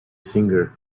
singer